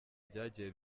byagiye